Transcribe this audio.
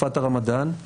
תקופת הרמדאן,